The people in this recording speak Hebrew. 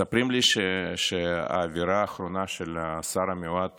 מספרים לי שהעבירה האחרונה של השר המיועד